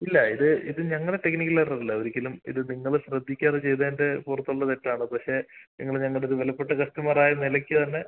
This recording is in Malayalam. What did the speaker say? ഇല്ല ഇത് ഇത് ഞങ്ങളുടെ ടെക്നിക്കൽ എറർ അല്ല ഒരിക്കലും ഇത് നിങ്ങൾ ശ്രദ്ധിക്കാതെ ചെയ്തതിൻ്റെ പുറത്തുള്ള തെറ്റാണ് പക്ഷെ നിങ്ങൾ ഞങ്ങളുടെ ഒരു വിലപ്പെട്ട കസ്റ്റമറായ നിലയ്ക്ക് തന്നെ